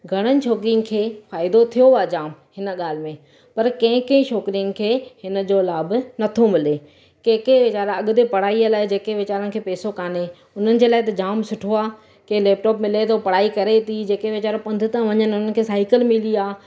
घणण छोकिरियुनि खे फ़ाइदो थियो आहे जाम हिन ॻाल्हि में पर कंहिं कंहिं छोकिरियुनि खे हिनजो लाभ नथो मिले कंहिं कंहिं वीचारे अॻिते पढ़ाई लाइ जेके वीचारनि खे पैसो कोने उन्हनि जे लाइ त जाम सुठो आहे कंहिं लैपटॉप मिले थो पढ़ाई करे थी जेके वीचारा पंधि था वञनि हुननि खे साइकिल मिली आहे